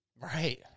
Right